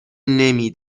نمی